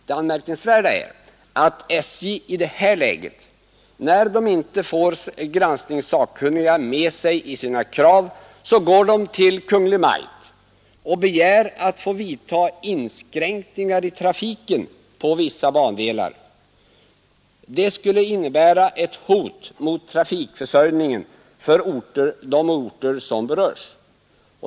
Det anmärkningsvärda är att SJ i detta läge, när man inte får granskningsnämnden med sig i sina krav, går till Kungl. Maj:t och begär att få vidtaga inskränkningar i trafiken på vissa bandelar. Får SJ bifall på denna begäran, skulle detta innebära ett hot mot trafikförsörjningen för de orter som berörs.